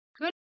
Good